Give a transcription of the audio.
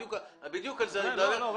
בדיוק על זה אני מדבר.